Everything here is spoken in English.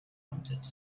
wanted